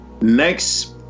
Next